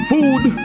Food